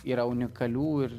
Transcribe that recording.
yra unikalių ir